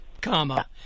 comma